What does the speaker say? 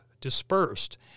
dispersed